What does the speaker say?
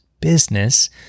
business